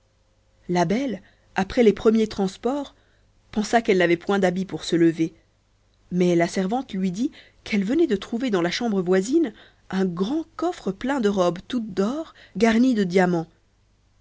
la belle après les premiers transports pensa qu'elle n'avait point d'habits pour se lever mais la servante lui dit qu'elle venait de trouver dans la chambre voisine un grand coffre plein de robes toutes d'or garnies de diamans